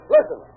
Listen